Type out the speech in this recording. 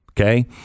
Okay